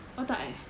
oh tak eh